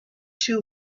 too